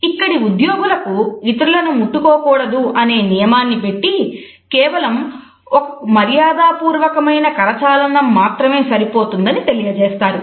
ఇక్కడి ఉద్యోగులకు ఇతరులను ముట్టుకోకూడదు అనే నియమాన్ని పెట్టి కేవలం ఒక మర్యాద పూర్వకమైన కరచాలనం మాత్రమే సరిపోతుందని తెలియజేస్తారు